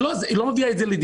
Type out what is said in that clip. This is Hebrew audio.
היא לא מביאה את זה לידיעתם.